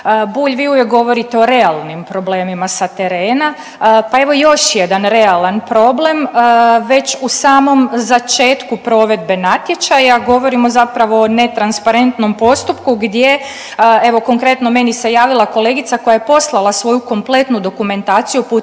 Bulj, vi uvijek govorite o realnim problemima sa terena pa evo još jedan realan problem. Već u samom začetku provedbe natječaja govorimo zapravo o netransparentnom postupku gdje evo konkretno meni se javila kolegica koja je poslala kompletnu dokumentaciju